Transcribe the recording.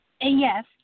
Yes